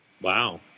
Wow